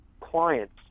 clients